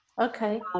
Okay